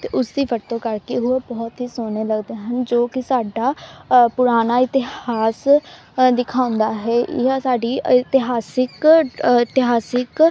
ਅਤੇ ਉਸ ਦੀ ਵਰਤੋਂ ਕਰਕੇ ਹੋਰ ਬਹੁਤ ਹੀ ਸੋਹਣੇ ਲੱਗਦੇ ਹਨ ਜੋ ਕਿ ਸਾਡਾ ਪੁਰਾਣਾ ਇਤਿਹਾਸ ਦਿਖਾਉਂਦਾ ਹੈ ਜਾਂ ਸਾਡੀ ਇਤਿਹਾਸਿਕ ਇਤਿਹਾਸਿਕ